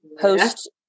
post